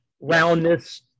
roundness